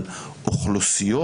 על אוכלוסיות,